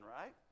right